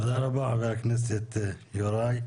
תודה רבה, חבר הכנסת יוראי.